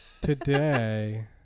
today